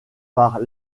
par